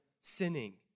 sinning